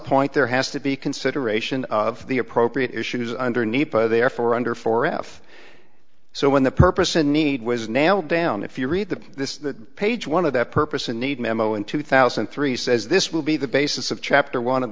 point there has to be consideration of the appropriate issues underneath there for under four f so when the purpose and need was nailed down if you read the page one of that purpose and need memo in two thousand and three says this will be the basis of chapter one of